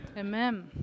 Amen